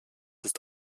ist